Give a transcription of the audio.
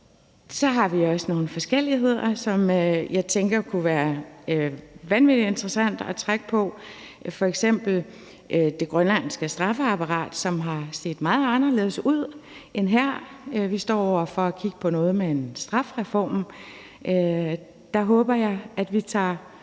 Så har vi også nogle forskelligheder, som jeg tænker kunne være vanvittig interessante at trække på, f.eks. det grønlandske straffesystem, som har set meget anderledes ud end her. Vi står over for at kigge på noget med en strafreform. Der håber jeg, at vi tager